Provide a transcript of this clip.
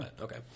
okay